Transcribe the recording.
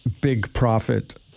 big-profit